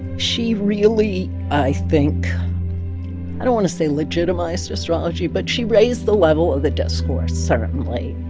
she really, i think i don't want to say legitimized astrology, but she raised the level of the discourse, certainly